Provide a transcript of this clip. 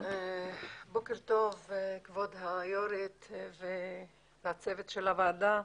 כן, בוקר כבוד היו"ר והצוות של הוועדה.